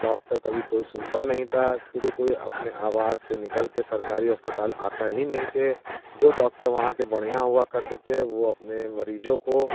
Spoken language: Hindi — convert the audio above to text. डाक्टर कभी कोई सुनता नहीं था क्योंकि कोई अपने आवास से निकल के सरकारी अस्पताल आता ही नहीं थे जो डाक्टर वहाँ के बढ़िया हुआ करते थे वो अपने मरीजों को